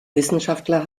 wissenschaftler